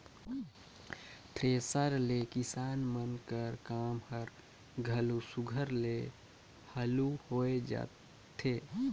thresher ले किसान मन कर काम हर घलो सुग्घर ले हालु होए जाथे